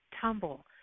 tumble